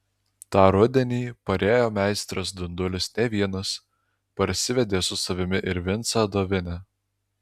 tą rudenį parėjo meistras dundulis ne vienas parsivedė su savimi ir vincą dovinę